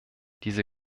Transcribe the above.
diese